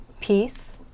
peace